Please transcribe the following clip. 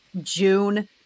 june